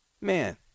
man